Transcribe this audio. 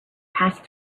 passed